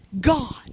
God